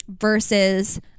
versus